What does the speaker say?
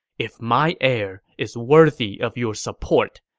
if my heir is worthy of your support,